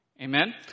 Amen